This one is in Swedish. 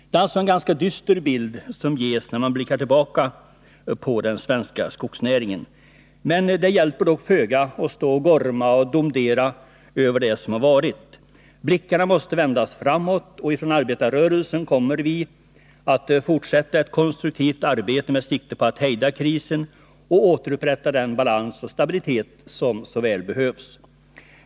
Det är alltså en ganska dyster bild som ges, när man blickar bakåt på den svenska skogsnäringen. Det hjälper dock föga att gorma och domdera över det som varit. Blickarna måste vändas framåt. Inom arbetarrörelsen kommer vi att fortsätta ett konstruktivt arbete med sikte på att hejda krisen och återupprätta den balans och stabilitet som behövs.